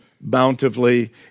bountifully